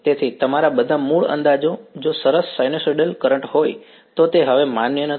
તેથી તમારા બધા મૂળ અંદાજો જો સરસ સાઇનસૉઇડલ કરંટ હોય તો તે હવે માન્ય નથી